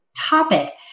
topic